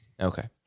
Okay